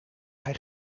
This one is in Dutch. hij